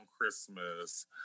Christmas